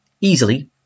easily